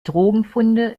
drogenfunde